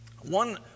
One